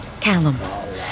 Callum